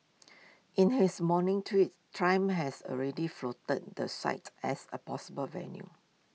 in his morning tweet Trump had already floated the site as A possible venue